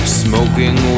smoking